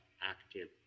active